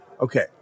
Okay